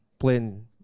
playing